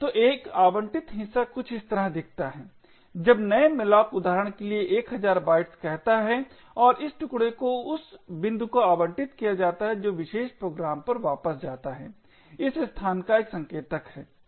तो एक आवंटित हिस्सा कुछ इस तरह दिखता है जब नए malloc उदाहरण के लिए 1000 बाइट्स कहता है और इस टुकडे को उस बिंदु को आवंटित किया जाता है जो विशेष प्रोग्राम पर वापस जाता है इस स्थान का एक संकेतक है